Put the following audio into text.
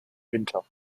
winter